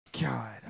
God